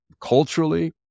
culturally